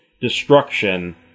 destruction